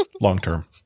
long-term